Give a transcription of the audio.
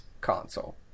console